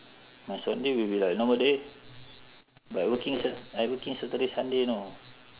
my sunday will be like normal day but I working sat~ I working saturday sunday you know